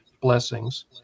blessings